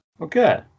okay